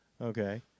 Okay